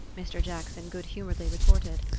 mr. jackson good-humouredly retorted.